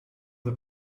the